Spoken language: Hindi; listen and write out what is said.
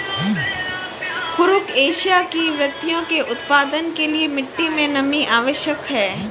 कुरुख एशिया की पत्तियों के उत्पादन के लिए मिट्टी मे नमी आवश्यक है